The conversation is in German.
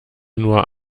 nur